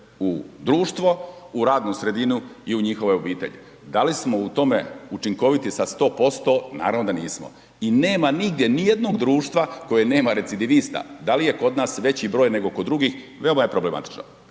u društvo, u radnu sredinu i u njihove obitelji. Da li smo u tom učinkoviti sa 100%? Naravno da nismo. I nema nigdje nijednog društva koje nema recidivista. Da li je kod nas veći broj nego kod drugih? Veoma je problematično.